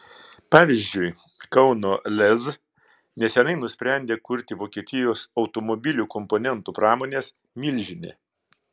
pavyzdžiui kauno lez neseniai nusprendė kurti vokietijos automobilių komponentų pramonės milžinė